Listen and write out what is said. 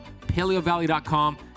Paleovalley.com